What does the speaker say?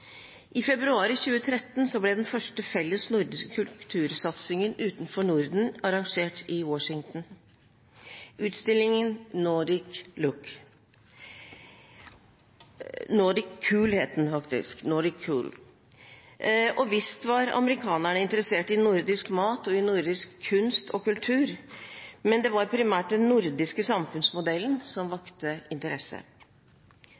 I februar 2013 ble den første felles nordiske kultursatsingen utenfor Norden arrangert i Washington, utstillingen Nordic Cool. Visst var amerikanerne interessert i nordisk mat og i nordisk kunst og kultur, men det var primært den nordiske samfunnsmodellen som